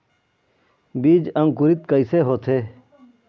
बीज अंकुरित कैसे होथे?